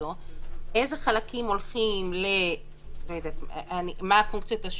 הזו איזה חלקים הולכים לפונקציות השונות?